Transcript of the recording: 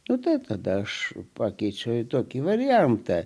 nu taip tada aš pakeičiau į tokį variantą